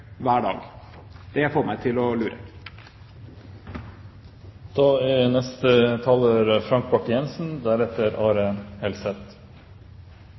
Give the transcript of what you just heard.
hver dag? Det får meg til å lure.